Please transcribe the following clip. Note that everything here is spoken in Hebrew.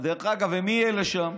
ומי אלה שם?